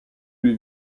lui